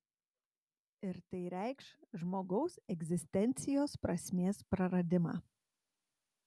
ir tai reikš žmogaus egzistencijos prasmės praradimą